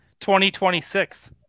2026